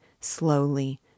slowly